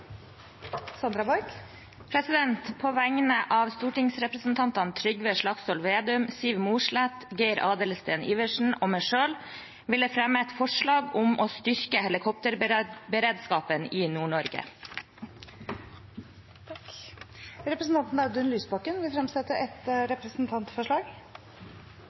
Sandra Borch vil fremsette et representantforslag. På vegne av stortingsrepresentantene Trygve Slagsvold Vedum, Siv Mossleth, Geir Adelsten Iversen og meg selv vil jeg fremme et forslag om styrket helikopterberedskap i Nord-Norge. Representanten Audun Lysbakken vil fremsette et representantforslag.